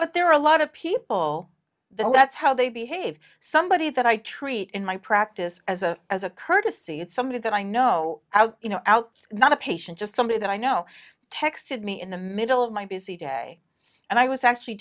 but there are a lot of people the let's how they behave somebody that i treat in my practice as a as a courtesy it's somebody that i know out you know out not a patient just somebody that i know texted me in the middle of my busy day and i was actually